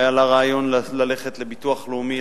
היה לה רעיון ללכת לביטוח לאומי,